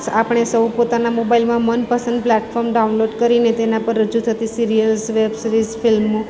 આપણે સૌ પોતાના મોબાઈલમાં મનપસંદ પ્લેટફોર્મ ડાઉનલોડ કરીને તેના પર રજૂ થતી સિરિયલ્સ વેબ સિરિઝ ફિલ્મો